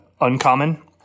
uncommon